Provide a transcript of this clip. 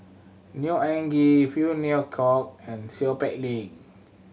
Neo Anngee Phey Kok and Seow Peck Leng